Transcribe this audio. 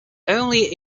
only